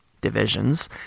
divisions